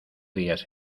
dias